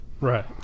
Right